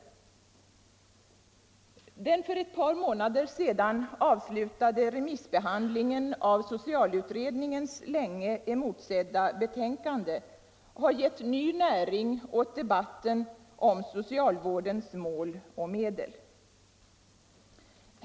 Den för ett par månader sedan avslutade remissbehandlingen av socialutredningens länge emotsedda betänkande har gett ny näring åt debatten om socialvårdens mål och medel.